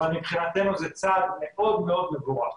אבל מבחינתנו זה צעד מאוד מאוד מבורך.